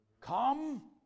come